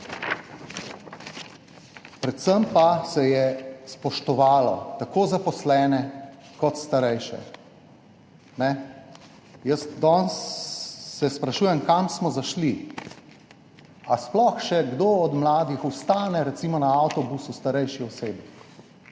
predvsem pa se je spoštovalo tako zaposlene kot starejše. Jaz se danes sprašujem, kam smo zašli. Ali sploh še kdo od mladih recimo vstane na avtobusu starejši osebi?